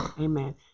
Amen